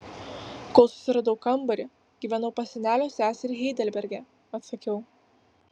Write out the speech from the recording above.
kol susiradau kambarį gyvenau pas senelio seserį heidelberge atsakiau